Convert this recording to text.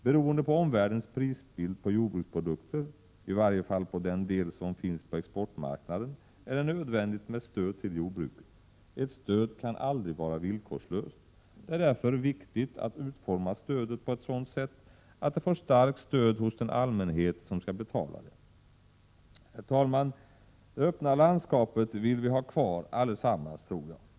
Beroende på omvärldens prisbild på jordbruksprodukter — i varje fall på den del som finns på exportmarknaden — är det nödvändigt med stöd till jordbruket. Ett stöd kan aldrig vara villkorslöst. Det är därför viktigt att utforma det på ett sådant sätt att det får starkt stöd hos den allmänhet som skall betala det. Herr talman! Det öppna landskapet vill vi allesammans ha kvar, tror jag.